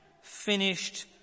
finished